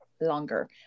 longer